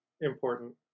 important